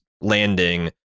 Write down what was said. Landing